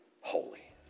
holy